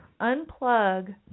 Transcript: unplug